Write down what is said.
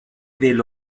del